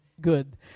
good